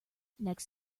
next